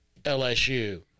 LSU